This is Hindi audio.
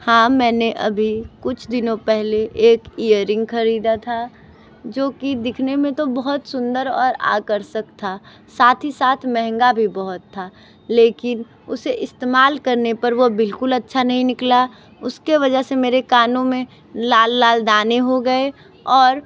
हाँ मैंने अभी कुछ दिनों पहले एक इयररिंग ख़रीदा था जो कि दिखने में तो बहुत सुंदर और आकर्षक था साथ ही साथ महंगा भी बहुत था लेकिन उसे इस्तेमाल करने पर वो बिल्कुल अच्छा नहीं निकला उसके वजह से मेरे कानों में लाल लाल दाने हो गए और